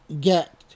get